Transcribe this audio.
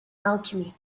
alchemy